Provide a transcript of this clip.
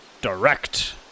Direct